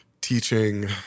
teaching